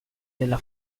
della